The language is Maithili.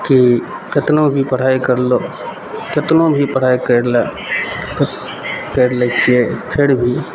कि केतनो भी पढ़ाइ करलहुँ केतनो भी पढ़ाइ करि लए करि लए छियै फिर भी